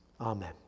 Amen